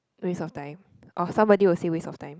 waste of time or somebody will say waste of time